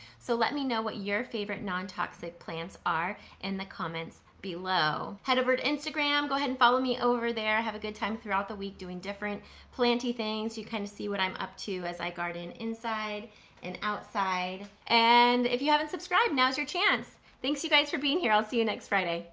so let me know what your favorite non-toxic plants are in the comments below. head over to instagram, go ahead and follow me over there. have a good time throughout the week doing different planty things, you kinda kind of see what i'm up to as i garden inside and outside. and if you haven't subscribed, now's your chance. thanks you guys for being here, i'll see you next friday.